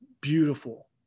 beautiful